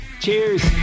Cheers